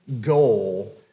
goal